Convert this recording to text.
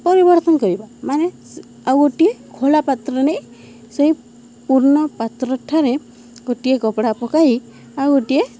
ପରିବର୍ତ୍ତନ କରିବା ମାନେ ଆଉ ଗୋଟିଏ ଖୋଳା ପାତ୍ର ନେଇ ସେଇ ପୂର୍ଣ୍ଣ ପାତ୍ର ଠାରେ ଗୋଟିଏ କପଡ଼ା ପକାଇ ଆଉ ଗୋଟିଏ